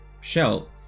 shell